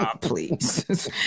please